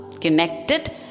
connected